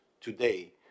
today